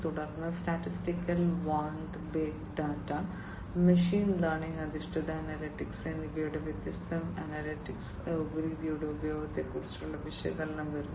തുടർന്ന് statistical and big data machine learning അധിഷ്ഠിത analytics എന്നിവയുടെ വ്യത്യസ്ത അനലിറ്റിക്കൽ രീതിയുടെ ഉപയോഗത്തെക്കുറിച്ചുള്ള വിശകലനം വരുന്നു